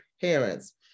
parents